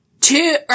two